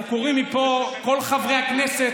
אנחנו קוראים מפה לכל חברי הכנסת,